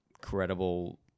credible